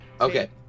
Okay